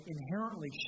inherently